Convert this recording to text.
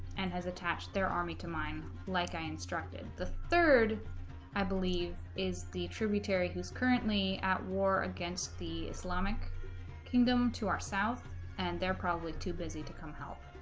and has attached their army to mine like i instructed the third i believe is the tributary who is currently at war against the islamic kingdom to our south and they're probably too busy to come help